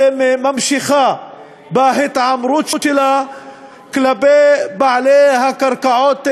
ממשיכה בהתעמרות שלה כלפי בעלי הקרקעות המקוריים.